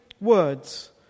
words